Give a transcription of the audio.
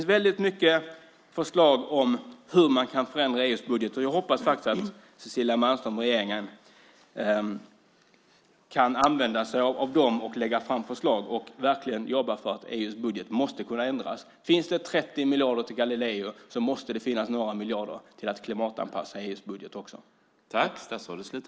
Det finns många förslag om hur man kan förändra EU:s budget. Jag hoppas att Cecilia Malmström och regeringen använder sig av dem, lägger fram förslag och verkligen jobbar för att förändra budgeten. Om det finns 30 miljarder till Galileo måste det också finnas några miljarder till att klimatanpassa EU:s budget.